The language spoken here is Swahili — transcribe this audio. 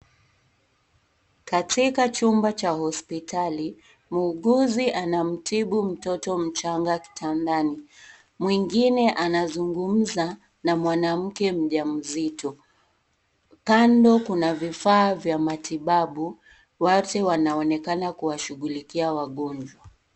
Katika chumba cha hospitali. Muuguzi anamtibu mtoto mchanga kitandani. Mwingine anazungumza na mwanamke mjamzito. Kando kuna vifaa vya matibabu watu wanaonekana kuwashughulikia wagonjwa.